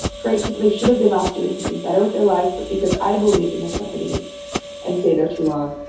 great people. they should have been off doing something better with their lives, but because i believed in this company and stayed there too long,